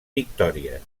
victòries